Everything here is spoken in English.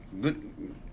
good